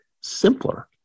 simpler